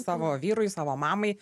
savo vyrui savo mamai